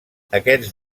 aquests